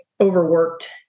overworked